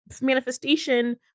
manifestation